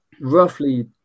roughly